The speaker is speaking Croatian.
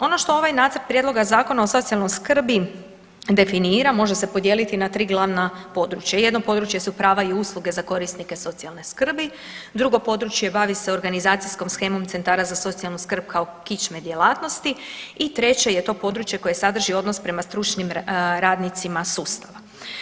Ono što ovaj nacrt prijedloga Zakona o socijalnoj skrbi definira može se podijeliti na tri glavna područja, jedno područje su prava i usluge za korisnike socijalne skrbi, drugo područje bavi se organizacijskom shemom centara za socijalnu skrb kao kičme djelatnosti i treće je to područje koje sadrži odnos prema stručnim radnicima sustava.